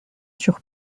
sur